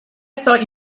thought